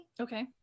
Okay